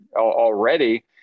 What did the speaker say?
already